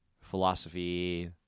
philosophy